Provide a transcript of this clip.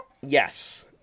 Yes